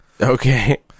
Okay